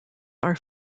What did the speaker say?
are